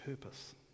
purpose